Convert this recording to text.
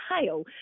hail